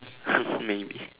maybe